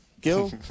Gil